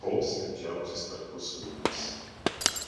šoks ir džiaugsis kartu su jumis